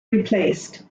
replaced